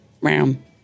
round